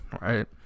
right